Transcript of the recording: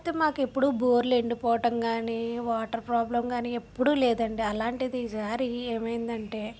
అయితే మాకు ఎప్పుడు బోర్లు ఎండిపోవటం కానీ వాటర్ ప్రాబ్లెమ్ కానీ ఎప్పుడూ లేదండి అలాంటిది ఈసారి ఏమైంది అంటే